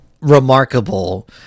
remarkable